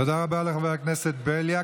תודה רבה לחבר הכנסת בליאק.